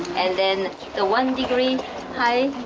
and then the one degree higher,